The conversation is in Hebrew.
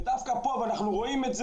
רואים,